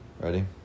Ready